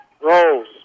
Rolls